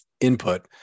input